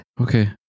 Okay